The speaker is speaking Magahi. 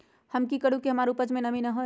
हम की करू की हमार उपज में नमी होए?